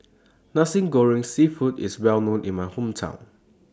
Nasi Goreng Seafood IS Well known in My Hometown